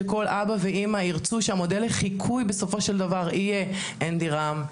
שכל אבא ואימא ירצו שהמודל לחיקוי בסופו של דבר יהיה אנדי רם,